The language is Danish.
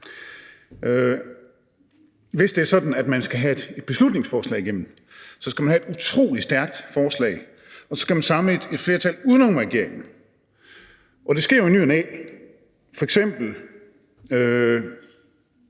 Hvis det er sådan, at man skal have et beslutningsforslag igennem, skal man have et utrolig stærkt forslag, og så skal man samle et flertal uden om regeringen. Og det sker jo i ny og næ – f.eks.